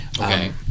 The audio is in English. okay